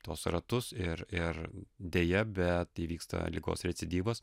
tuos ratus ir ir deja bet įvyksta ligos recidyvas